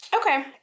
Okay